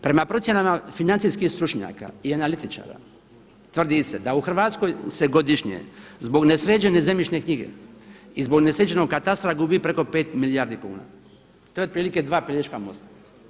Prema procjenama financijskih stručnjaka i analitičara, tvrdi se da u Hrvatskoj se godišnje zbog nesređene zemljišne knjige i zbog nesređenog katastra gubi preko 5 milijardi kuna, to je otprilike 2 Pelješka mosta.